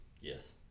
Yes